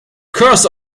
curse